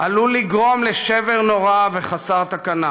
עלול לגרום לשבר נורא וחסר תקנה.